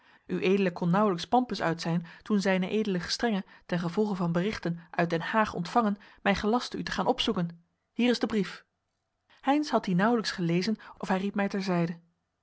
ued kon nauwelijks pampus uit zijn toen z ed gestrenge ten gevolge van berichten uit den haag ontvangen mij gelastte u te gaan opzoeken hier is de brief heynsz had dien nauwelijks gelezen of hij riep mij terzijde